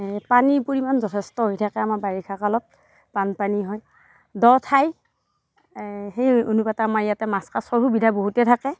পানীৰ পৰিমাণ যথেষ্ট হৈ থাকে আমাৰ বাৰিষা কালত বানপানী হয় দ' ঠাই সেই অনুপাতে আমাৰ ইয়াতে মাছ কাছৰ সুবিধা বহুতে থাকে